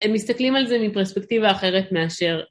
הם מסתכלים על זה מפרספקטיבה אחרת מאשר